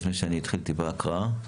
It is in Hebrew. לפני שנתחיל את ההקראה?